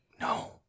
No